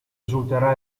risulterà